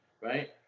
Right